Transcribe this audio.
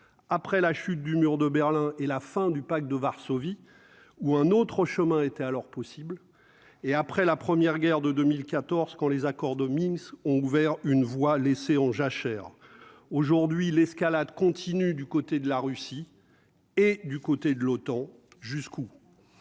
après la chute du mur de Berlin et la fin du Pacte de Varsovie ou un autre chemin était alors possible et après la première guerre de 2014 quand les accords de Minsk ont ouvert une voie laissée en jachère aujourd'hui l'escalade continue du côté de la Russie et du côté de l'OTAN, jusqu'où,